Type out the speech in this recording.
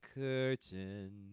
curtain